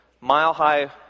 mile-high